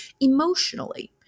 emotionally